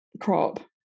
crop